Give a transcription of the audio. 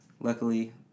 Luckily